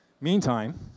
Meantime